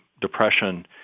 depression